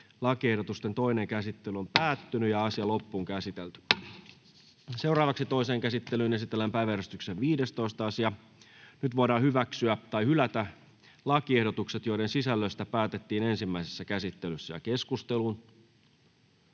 vanhemmuuslaiksi ja siihen liittyviksi laeiksi Time: N/A Content: Toiseen käsittelyyn esitellään päiväjärjestyksen 7. asia. Nyt voidaan hyväksyä tai hylätä lakiehdotukset, joiden sisällöstä päätettiin ensimmäisessä käsittelyssä. — Keskusteluun,